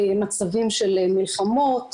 מצבים של מלחמות,